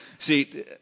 See